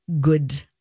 good